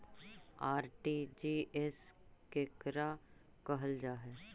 RTGS केकरा कहल जा है?